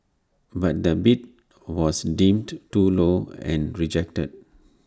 but the bid was deemed too low and rejected